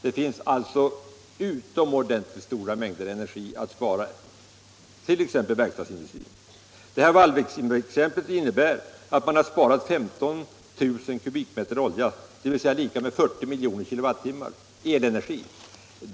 Det finns dock utomordentligt stora mängder energi att spara även t.ex. inom verkstadsindustrin. Vallviksexemplet innebär att man kan spara 15 000 m” olja, dvs. lika med 40 miljoner kWh elenergi.